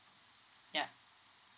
ya